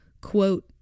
quote